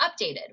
updated